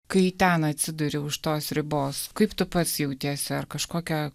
kai ten atsiduri už tos ribos kaip tu pats jautiesi ar kažkokia